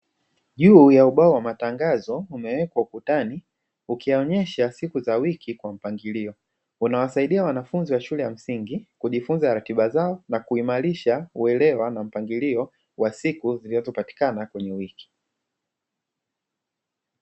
Juu ya ubao wa matangazo umewekwa ukutani, ukionyesha siku za wiki kwa mpangilio unawasaidia wanafunzi wa shule ya msingi kujifunza ratiba zao na kuimarisha uelewa na mpangilio wa siku zilizopatikana kwenye wiki.